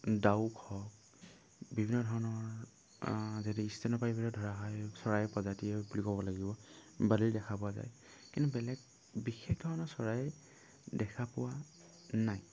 ডাউক হওক বিভিন্ন ধৰণৰ যদি স্তন্যপায়ী ভিতৰত ধৰা হয় চৰাই প্ৰজাতি বুলি ক'ব লাগিব বালি দেখা পোৱা যায় কিন্তু বেলেগ বিশেষ ধৰণৰ চৰাই দেখা পোৱা নাই